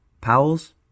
Powell's